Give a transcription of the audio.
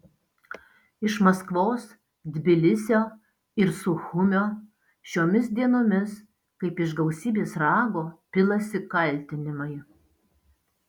iš maskvos tbilisio ir suchumio šiomis dienomis kaip iš gausybės rago pilasi kaltinimai